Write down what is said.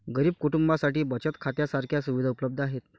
गरीब कुटुंबांसाठी बचत खात्या सारख्या सुविधा उपलब्ध आहेत